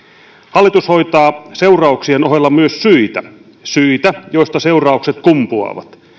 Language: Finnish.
hallitus hoitaa seurauksien ohella myös syitä syitä joista seuraukset kumpuavat